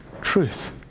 truth